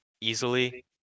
easily